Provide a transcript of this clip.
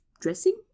dressing